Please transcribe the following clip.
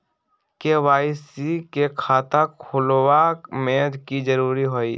KYC के खाता खुलवा में की जरूरी होई?